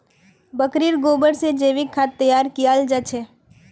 बकरीर गोबर से जैविक खाद तैयार कियाल जा छे